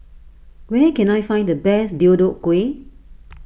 where can I find the best Deodeok Gui